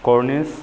cornish